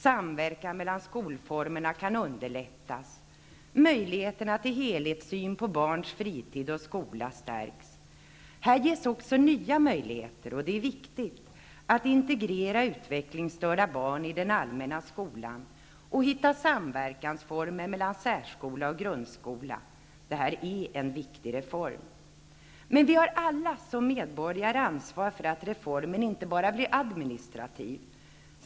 Samverkan mellan skolformerna kan underlättas, och möjligheterna till helhetssyn på barnens fritid och skola stärks. Här ges också nya möjligheter att integrera utvecklingsstörda barn i den allmänna skolan och hitta samverkansformer mellan särskolan och grundskolan. Det här är en viktig reform. Men vi har alla som medborgare ansvar för att reformen inte bara blir administrativ.